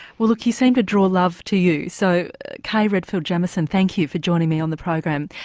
well look you seem to draw love to you, so kay redfield jamison thank you for joining me on the program.